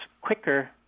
quicker